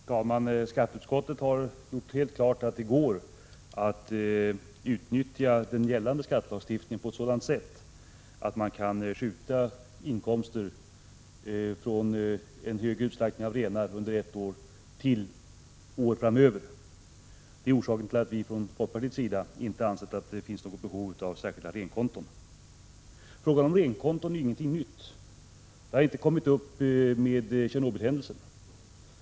Herr talman! Skatteutskottet har gjort helt klart att det går att utnyttja gällande skattelagstiftning på ett sådant sätt att man kan skjuta inkomster från en stor utslaktning av renar under ett år till år framöver. Det är orsaken till att vi i folkpartiet inte anser att det finns något behov av särskilda renkonton. Frågan om renkonton är ingenting nytt. Frågan har inte uppkommit till följd av Tjernobylhändelsen.